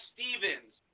Stevens